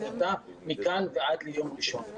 מכאן ועד ליום ראשון,